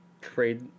trade